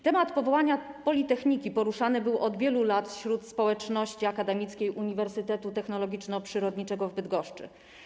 Temat powołania politechniki poruszany był od wielu lat wśród społeczności akademickiej Uniwersytetu Technologiczno-Przyrodniczego w Bydgoszczy.